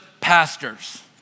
pastors